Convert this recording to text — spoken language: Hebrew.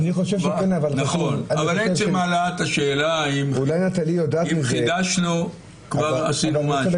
אבל עצם העלאת השאלה, אם חידשנו, כבר עשינו משהו.